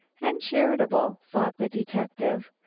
and charitable, thought the detective,